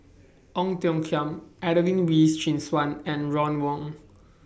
Ong Tiong Khiam Adelene Wee Chin Suan and Ron Wong